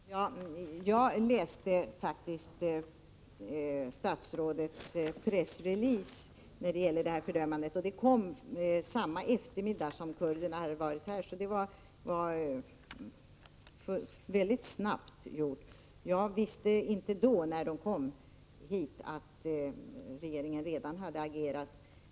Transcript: Fru talman! Jag läste faktiskt statsrådets pressrelease när det gäller detta fördömande, och pressreleasen kom samma eftermiddag som kurderna hade varit här i riksdagen, så det var väldigt snabbt handlat. Jag visste inte, när kurderna kom hit, att regeringen hade agerat.